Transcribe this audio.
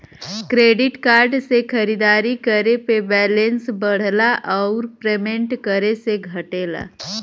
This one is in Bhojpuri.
क्रेडिट कार्ड से खरीदारी करे पे बैलेंस बढ़ला आउर पेमेंट करे पे घटला